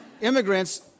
immigrants